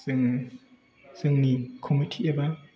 जोङो जोंनि कमिटि एबा